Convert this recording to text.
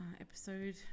episode